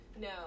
No